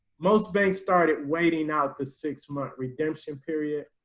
most banks started waiting out the six month redemption period.